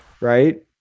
Right